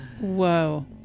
whoa